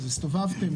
הסתובבתם,